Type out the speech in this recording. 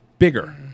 Bigger